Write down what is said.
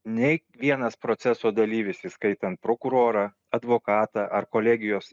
nei vienas proceso dalyvis įskaitant prokurorą advokatą ar kolegijos